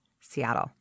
Seattle